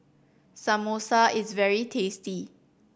samosa is very tasty